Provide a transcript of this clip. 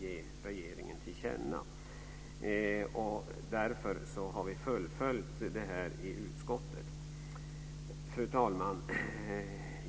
ges regeringen till känna. Vi har därför fullföljt detta i utskottet. Fru talman!